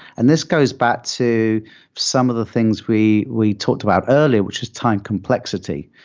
and this goes back to some of the things we we talked about earlier, which is time complexity.